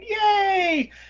Yay